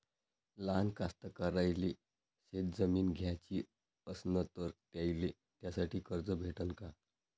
लहान कास्तकाराइले शेतजमीन घ्याची असन तर त्याईले त्यासाठी कर्ज भेटते का?